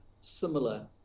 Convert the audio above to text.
similar